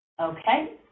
Okay